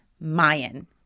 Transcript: Mayan